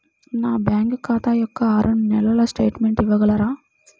నా బ్యాంకు ఖాతా యొక్క ఆరు నెలల స్టేట్మెంట్ ఇవ్వగలరా?